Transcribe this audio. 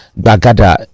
bagada